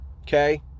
Okay